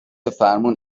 فرمون